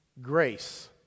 Grace